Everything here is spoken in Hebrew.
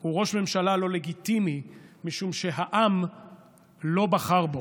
הוא ראש ממשלה לא לגיטימי משום שהעם לא בחר בו.